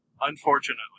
unfortunately